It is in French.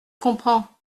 comprends